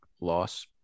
loss